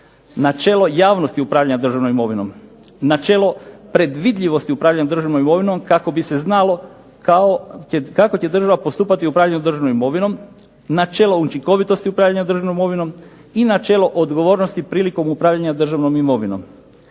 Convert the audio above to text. načelo javnosti upravljanja državnom imovinom, načelo predvidljivosti upravljanja državnom imovinom kako bi se znalo kako će država postupati u upravljanju državnom imovinom, načelo učinkovitosti upravljanja državnom imovinom i načelo odgovornosti prilikom upravljanja državnom imovinom.